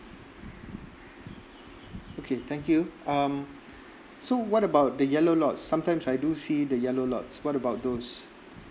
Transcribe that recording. okay thank you um so what about the yellow lots sometimes I do see the yellow lots what about those